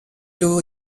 two